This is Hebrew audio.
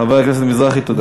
חבר הכנסת מזרחי, תודה.